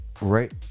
right